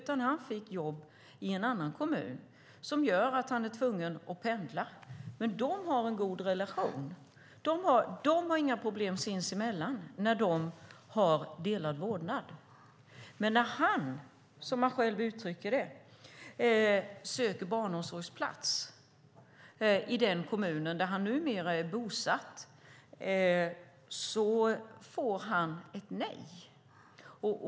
Han fick jobb i en annan kommun, och det gör att han är tvungen att pendla. Men de har en god relation. De har inga problem sinsemellan när de har delad vårdnad. Men när han, som han själv uttrycker det, söker barnomsorgsplats i den kommun där han numera är bosatt får han nej.